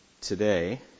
today